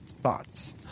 thoughts